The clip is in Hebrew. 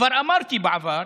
כבר אמרתי בעבר,